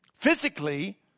Physically